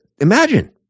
imagine